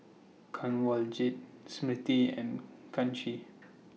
Kanwaljit Smriti and Kanshi